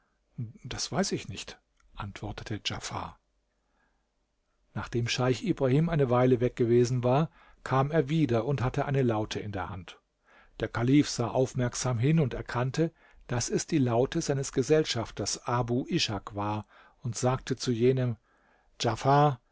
das weiß ich nicht antwortete djafar nachdem scheich ibrahim eine weile weg gewesen war kam er wieder und hatte eine laute in der hand der kalif sah aufmerksam hin und erkannte daß es die laute seines gesellschafters abu ishak war und sagte zu jenem djafar